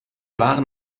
waren